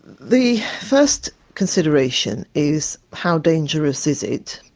the first consideration is how dangerous is it,